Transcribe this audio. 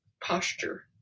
posture